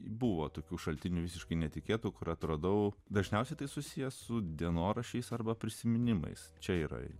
buvo tokių šaltinių visiškai netikėtų kur atradau dažniausiai tai susiję su dienoraščiais arba prisiminimais čia yra